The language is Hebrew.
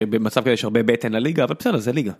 במצב יש הרבה בטן לליגה, אבל בסדר זה ליגה.